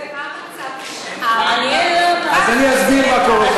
ומה המצב, אז אני אסביר מה קורה פה.